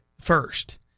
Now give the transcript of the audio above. first